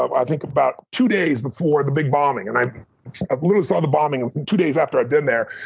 i think, about two days before the big bombing. and i ah literally saw the bombing and two days after i'd been there,